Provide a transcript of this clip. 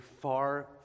far